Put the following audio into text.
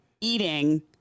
eating